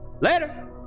Later